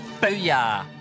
Booyah